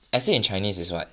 essay in chinese is what